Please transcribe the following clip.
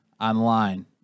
online